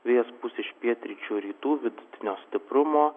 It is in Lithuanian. vėjas pūs iš pietryčių rytų vidutinio stiprumo